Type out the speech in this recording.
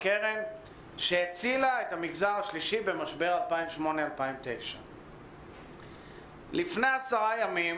קרן שהצילה את המגזר השלישי במשבר 2009-2008. לפני עשרה ימים